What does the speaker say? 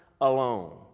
alone